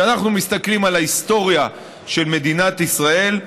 כשאנחנו מסתכלים על ההיסטוריה של מדינת ישראל,